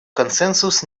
консенсус